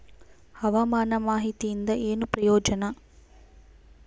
ಹವಾಮಾನ ಮಾಹಿತಿಯಿಂದ ಏನು ಪ್ರಯೋಜನ?